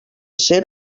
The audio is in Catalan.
ser